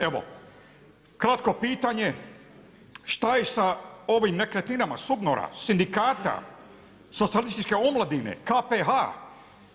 Evo, kratko pitanje, šta je sa nekretninama SUBNOR-a, sindikata, socijalističke omladine, KPH-a?